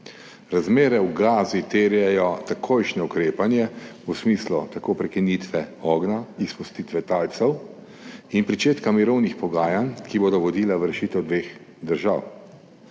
Razmere v Gazi terjajo takojšnje ukrepanje v smislu prekinitve ognja, izpustitve talcev in pričetka mirovnih pogajanj, ki bodo vodila v rešitev dveh držav.